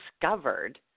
discovered